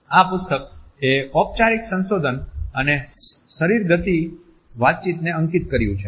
આ પુસ્તક એ ઔપચારિક સંશોધન અને શરીર ગતિ વાતચીતને અંકિત કર્યું છે